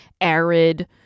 arid